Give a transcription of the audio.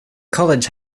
college